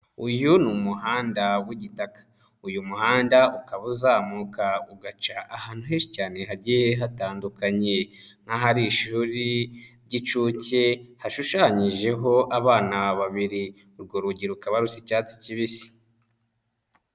Uyu ni umuhanda w'igitaka, uyu muhanda ukaba uzamuka ugaca ahantu henshi cyane hagiye hatandukanye, nk'ahari ishuri ry'incuke hashushanyijeho abana babiri, urwo rugi rukaba rusa icyatsi kibisi.